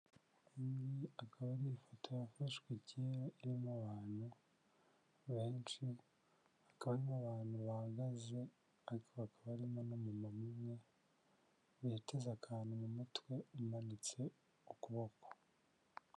Iyi ikaba ari ifoto yafashwe kera irimo abantu benshi, hakaba harimo abantu bahagaze, ariko hakaba harimo n'umumama umwe witeza akantu mu mutwe umanitse ukuboko.